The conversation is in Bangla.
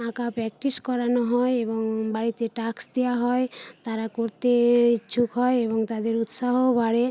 আঁকা প্র্যাকটিস করানো হয় এবং বাড়িতে টাস্ক দেওয়া হয় তারা করতে ইচ্ছুক হয় এবং তাদের উৎসাহও বাড়ে